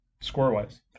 Score-wise